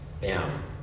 bam